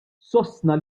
sostna